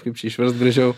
kaip čia išverst gražiau